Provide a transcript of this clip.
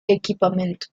equipamiento